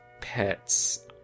pets